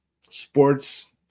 sports